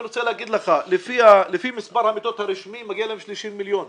אני רוצה לומר לך שלפי מספר המיטות הרשמי מגיעים להם 30 מיליון שקלים.